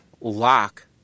lock